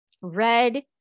Red